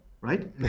right